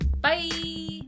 Bye